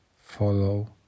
follow